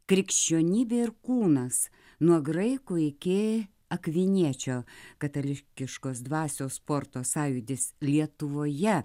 krikščionybė ir kūnas nuo graikų iki akviniečio katalikiškos dvasios sporto sąjūdis lietuvoje